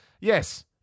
Yes